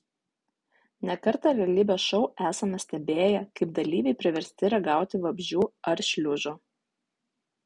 ne kartą realybės šou esame stebėję kaip dalyviai priversti ragauti vabzdžių ar šliužų